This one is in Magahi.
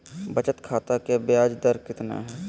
बचत खाता के बियाज दर कितना है?